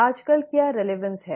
आजकल क्या प्रासंगिकता है